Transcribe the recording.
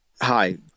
hi